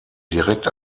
direkt